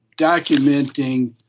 documenting